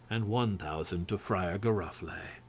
and one thousand to friar giroflee.